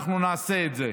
אנחנו נעשה את זה.